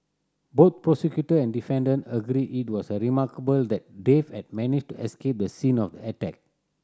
both prosecutor and defendant agreed it was a remarkable that Dave had managed to escape the scene of the attack